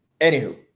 anywho